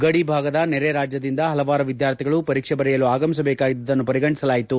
ಗಡಿ ಭಾಗದ ನೆರೆ ರಾಜ್ಯದಿಂದ ಪಲವಾರು ವಿದ್ಯಾರ್ಥಿಗಳು ಪರೀಕ್ಷೆ ಬರೆಯಲು ಆಗಮಿಸಬೇಕಾಗಿದ್ದನ್ನು ಪರಿಗಣಿಸಲಾಯಿತು